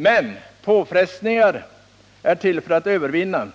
Men påfrestningar är till för att övervinnas.